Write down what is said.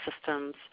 systems